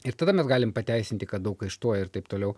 ir tada mes galim pateisinti kad daug kaštuoja ir taip toliau